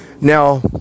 Now